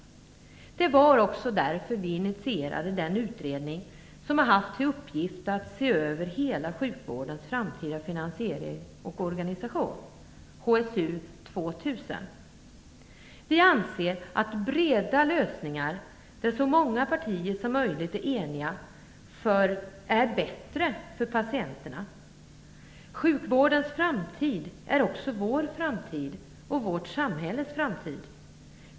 Det var också därför vi initierade den utredning som har haft till uppgift att se över hela sjukvårdens framtida finansiering och organisation, HSU 2000. Vi anser att breda lösningar där så många partier som möjligt är eniga är bättre för patienterna. Sjukvårdens framtid är också vår framtid och vårt samhälles framtid.